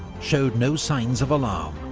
showed no signs of alarm.